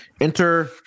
enter